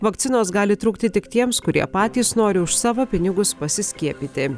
vakcinos gali trukti tik tiems kurie patys nori už savo pinigus pasiskiepyti